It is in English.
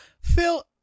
Phil